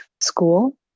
school